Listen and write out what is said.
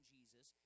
Jesus